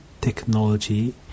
technology